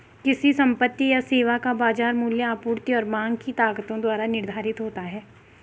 किसी संपत्ति या सेवा का बाजार मूल्य आपूर्ति और मांग की ताकतों द्वारा निर्धारित होता है